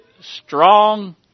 strong